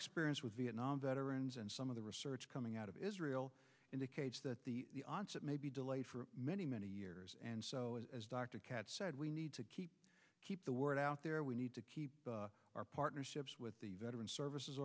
experience with vietnam veterans and some of the research coming out of israel in the cage that the onset may be delayed for many many years and so as dr katz said we need to keep keep the word out there we need to keep our partnerships with the veteran services